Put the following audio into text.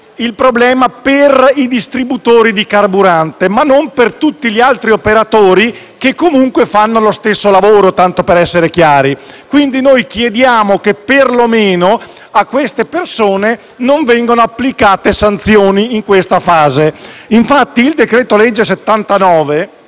il problema solamente per i distributori di carburante, ma non per tutti gli altri operatori che comunque fanno lo stesso lavoro (tanto per essere chiari); quindi noi chiediamo che, per lo meno, a tali persone non vengano applicate sanzioni in questa fase. Infatti, il decreto-legge n.